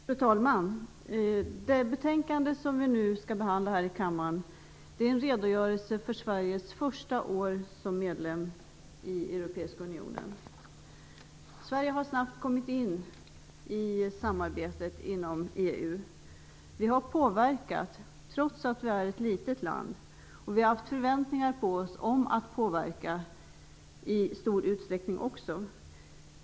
Fru talman! Det betänkande som vi nu skall behandla är en redogörelse för Sveriges första år som medlem i Europeiska unionen. Sverige har snabbt kommit in i samarbetet inom EU. Vi har påverkat, trots att vi är ett litet land. Vi har också i stor utsträckning haft förväntningar på oss att vi skall påverka.